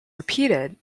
repeated